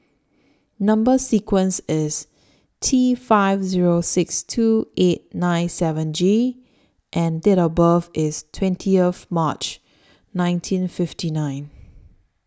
Number sequence IS T five Zero six two eight nine seven G and Date of birth IS twentieth March nineteen fifty nine